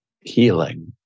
healing